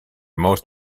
most